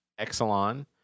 Exelon